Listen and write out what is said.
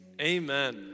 amen